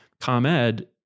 ComEd